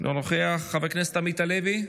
אינו נוכח, חבר הכנסת עמית הלוי,